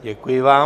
Děkuji vám.